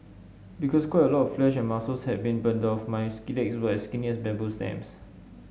because quite a lot of flesh and muscles had been burnt off my legs were as skinny as bamboo stems